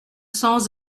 cents